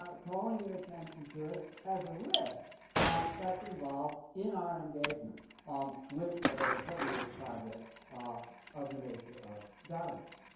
ah call your attention to it as a risk ah that's involved in our engagement um with a hermeneutic project ah of the nature of gadamer's.